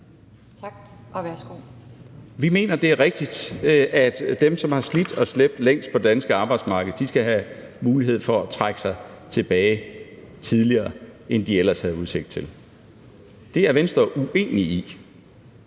Vi mener, det er rigtigt, at dem, som har slidt og slæbt længst på det danske arbejdsmarked, skal have mulighed for at trække sig tilbage tidligere, end de ellers havde udsigt til. Det er Venstre uenig i.